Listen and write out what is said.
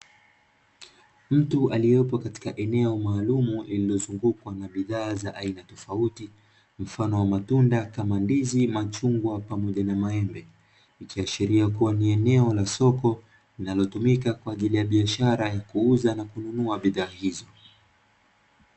Mtu aliopo katika eneo maalumu iliyozungukwa na bidhaa tofauti mfano wa matunda kama ndizi, machungwa pamoja na maembe ikihashiria kuwa ni eneo la soko linalotumika kwaajilii ya biashara kuuza na kununua bidhaa hizo.